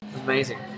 Amazing